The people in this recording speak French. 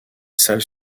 salles